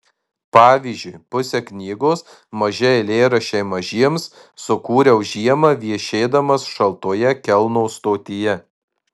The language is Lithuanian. pavyzdžiui pusę knygos maži eilėraščiai mažiems sukūriau žiemą viešėdamas šaltoje kelno stotyje